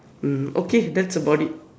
hmm okay that's about it